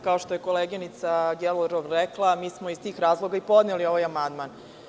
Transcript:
Kao što je koleginica Gerov rekla, mi smo iz tih razloga i podneli ovaj amandman.